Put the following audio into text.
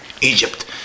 Egypt